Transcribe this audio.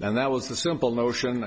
and that was the simple notion